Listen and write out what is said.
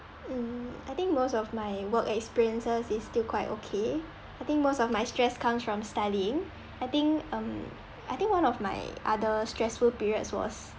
mm I think most of my work experiences is still quite okay I think most of my stress comes from studying I think um I think one of my other stressful periods was